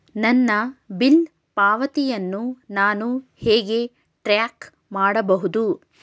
ನನ್ನ ಬಿಲ್ ಪಾವತಿಯನ್ನು ನಾನು ಹೇಗೆ ಟ್ರ್ಯಾಕ್ ಮಾಡಬಹುದು?